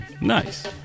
nice